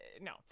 No